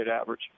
average